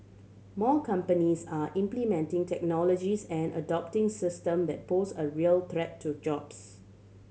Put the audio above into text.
more companies are implementing technologies and adopting system that pose a real threat to jobs